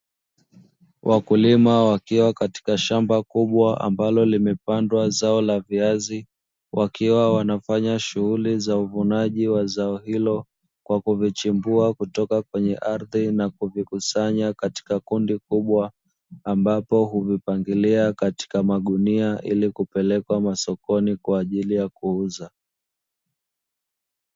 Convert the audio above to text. Wakulima wakiwa katika shamba kubwa ambalo limepandwa zao la viazi, wakiwa wanafanya shughuli za uvunaji wa zao hilo, kwa kuvichimbua kutoka kwenye ardhi na kuvikusanya katika kundi kubwa, ambapo huvipangilia katika magunia ili kupeleka masokoni kwa ajili ya kuuza.